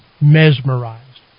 mesmerized